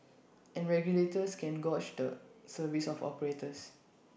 and regulators can gauge the service of operators